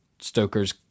stoker's